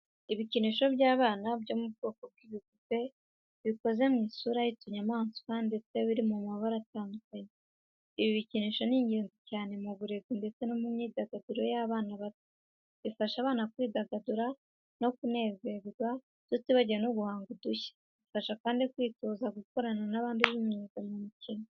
Ibikinisho by’abana byo mu bwoko bw'ibipupe bikoze mu isura y'utunyamaswa ndetse biri mu mabara atadukanye. Ibi bikinisho ni ingenzi cyane mu burezi ndetse n’imyidagaduro y’abana bato. Bifasha abana kwidagadura no kunezerwa tutibagiwe no guhanga udushya. Bibafasha kandi kwitoza gukorana n’abandi binyuze mu mikino.